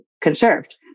conserved